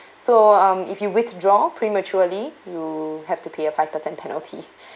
so um if you withdraw prematurely you have to pay a five percent penalty